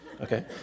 Okay